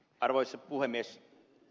arvoisa puhemies